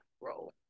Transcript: role